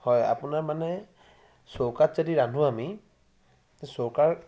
হয় আপোনাৰ মানে চৌকাত যদি ৰান্ধোঁ আমি চৌকাৰ